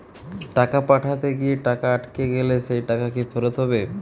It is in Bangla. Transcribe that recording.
টাকা পাঠাতে গিয়ে টাকা আটকে গেলে সেই টাকা কি ফেরত হবে?